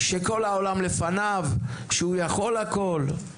שכל העולם לפניו; שהוא יכול הכל.